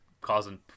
causing